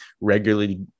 regularly